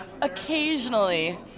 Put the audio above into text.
Occasionally